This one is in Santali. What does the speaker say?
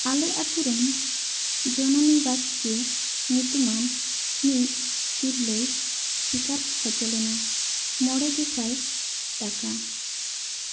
ᱟᱞᱮ ᱟᱛᱳ ᱨᱮᱱ ᱡᱚᱱᱚᱱᱤ ᱵᱟᱥᱠᱮ ᱧᱩᱛᱩᱢᱟᱱ ᱢᱤᱫ ᱛᱤᱨᱞᱟᱹᱭ ᱥᱤᱠᱟᱨ ᱦᱚᱪᱚ ᱞᱮᱱᱟ ᱢᱚᱬᱮ ᱜᱮᱥᱟᱭ ᱴᱟᱠᱟ